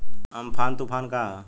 Amphan तुफान का ह?